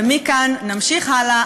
ומכאן נמשיך הלאה,